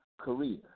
career